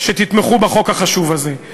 שתתמכו בחוק החשוב הזה.